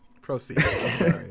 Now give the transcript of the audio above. Proceed